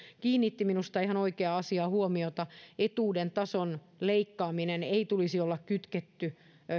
kiinnitti minusta ihan oikeaan asiaan huomiota etuuden tason leikkaamisen ei tulisi olla kytketty